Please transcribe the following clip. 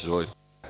Izvolite.